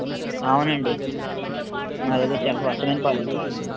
అవునండి మా దగ్గర చాలా స్వచ్ఛమైన పాలు